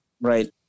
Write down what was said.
right